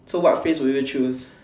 so what phrase do you chose